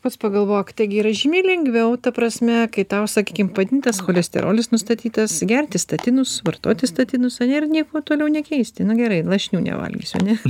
pats pagalvok taigi yra žymiai lengviau ta prasme kai tau sakykim padidintas cholesterolis nustatytas gerti statinus vartoti statinus ane ir nieko toliau nekeisti nu gerai lašinių nevalgysiu ane